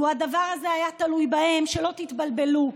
לו הדבר הזה היה תלוי בהם, שלא תתבלבלו,